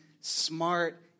smart